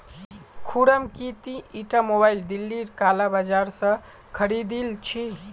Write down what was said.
खुर्रम की ती ईटा मोबाइल दिल्लीर काला बाजार स खरीदिल छि